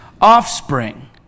offspring